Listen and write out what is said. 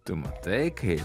tu matai kaip